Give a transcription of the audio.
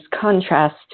contrast